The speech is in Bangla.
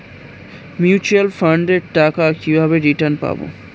মিউচুয়াল ফান্ডের টাকা কিভাবে রিটার্ন পাব?